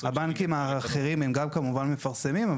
הבנקים האחרים הם גם כמובן מפרסמים.